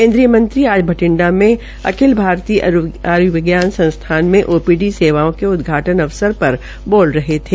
केन्द्रीय मंत्री आज बठि़्डा में अखिल भारतीय आय्र्विज्ञान संस्थान में ओपीडी सेवाओं के उदघाटन अवसर पर बोर रहे थे